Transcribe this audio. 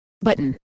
button